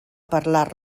parlar